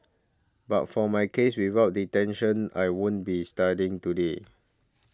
but for my case without detention I wouldn't be studying today